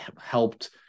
helped